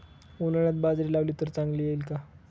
उन्हाळ्यात बाजरी लावली तर चांगली येईल का?